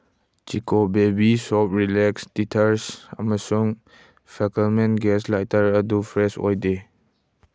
ꯆꯤꯀꯣ baby soap relax teethers ꯑꯃꯁꯨꯡ ꯐꯦꯀꯦꯜꯃꯦꯟ gas lighter ꯑꯗꯨ ꯐ꯭ꯔꯦꯁ ꯑꯣꯏꯗꯦ